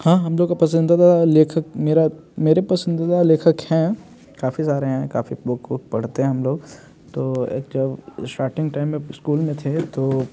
हाँ हम लोग को पसंदीदा का लेखक मेरा मेरे पसंदीदा लेखक हैं काफ़ी सारे हैं काफ़ी बुक को पढ़ते हैं हम लोग तो स्टार्टिंग टाइम में स्कूल में थे तो